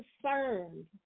concerned